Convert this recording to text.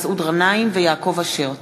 מסעוד גנאים ויעקב אשר בנושא: